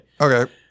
Okay